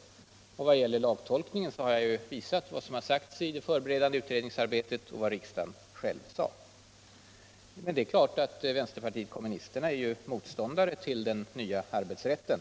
= vid s.k. olovliga I vad gäller lagtolkningen har jag visat vad som har sagts i det för — konflikter beredande utredningsarbetet och vad riksdagen själv sade. Men det är klart: vänsterpartiet kommunisterna är motståndare till den nya arbetsrätten.